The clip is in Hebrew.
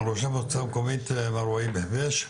ראש המועצה המקומית מר והיב חביש,